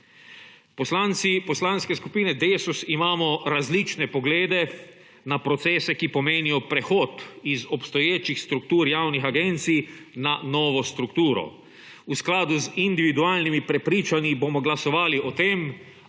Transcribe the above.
Poslanske skupine Desus imamo različne poglede na procese, ki pomenijo prehod iz obstoječih struktur javnih agencij na novo strukturo. V skladu z individualnimi prepričanji bomo glasovali o tem,